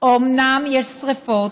אומנם יש שרפות